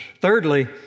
Thirdly